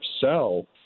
sell